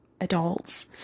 adults